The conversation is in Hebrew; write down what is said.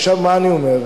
עכשיו מה אני אומר?